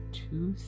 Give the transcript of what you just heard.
two